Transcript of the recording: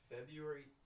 February